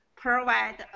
Provide